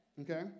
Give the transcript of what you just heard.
Okay